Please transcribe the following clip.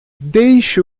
deixe